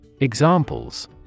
Examples